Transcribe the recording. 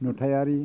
नुथायारि